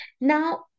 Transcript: Now